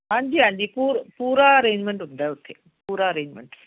ਹਾਂਜੀ ਹਾਂਜੀ ਪੂ ਪੂਰਾ ਅਰੇਂਜਮੈਂਟ ਹੁੰਦਾ ਉੱਥੇ ਪੂਰਾ ਅਰੇਂਜਮੈਂਟ